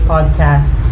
Podcast